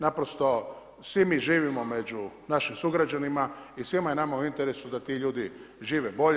Naprosto svi mi živimo među našim sugrađanima i svima je nama u interesu da ti ljudi žive bolje.